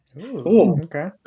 Okay